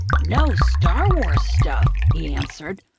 know star wars stuff? he answered,